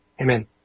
amen